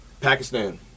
Pakistan